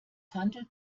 handelt